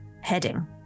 heading